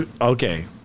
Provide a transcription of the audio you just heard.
Okay